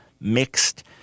mixed